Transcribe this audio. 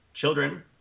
children